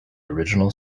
original